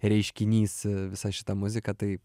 reiškinys visa šita muzika tai